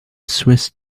swiss